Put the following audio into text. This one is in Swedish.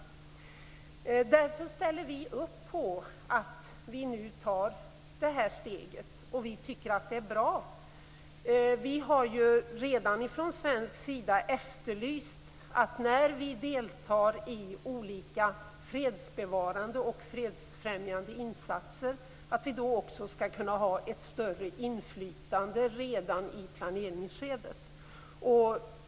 Därför ställer vi upp på att vi nu tar det här steget. Vi tycker att det är bra. Vi har från svensk sida redan efterlyst att när vi deltar i olika fredsbevarande och fredsfrämjande insatser skall vi också kunna ha ett större inflytande redan i planeringsskedet.